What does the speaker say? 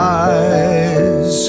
eyes